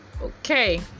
okay